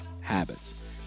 habits